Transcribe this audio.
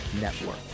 Network